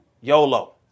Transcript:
YOLO